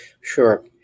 Sure